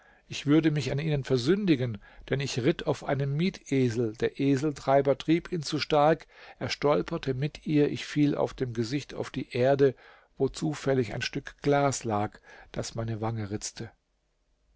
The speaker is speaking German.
ich würde mich an ihnen versündigen denn ich ritt auf einem mietesel der eseltreiber trieb ihn zu stark er stolperte mit mir ich fiel auf dem gesicht auf die erde wo zufällig ein stück glas lag das meine wange ritzte